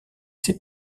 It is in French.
ses